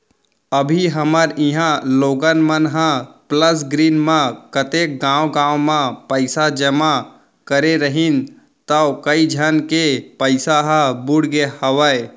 अभी हमर इहॉं लोगन मन ह प्लस ग्रीन म कतेक गॉंव गॉंव म पइसा जमा करे रहिन तौ कइ झन के पइसा ह बुड़गे हवय